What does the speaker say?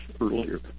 earlier